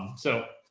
so,